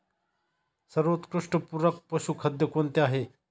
सर्वोत्कृष्ट पूरक पशुखाद्य कोणते आहे?